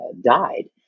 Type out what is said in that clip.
died